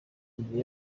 imbere